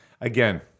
Again